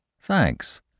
Thanks